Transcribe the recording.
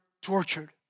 tortured